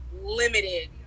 limited